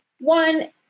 One